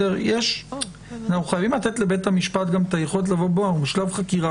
אנחנו בשלב חקירה,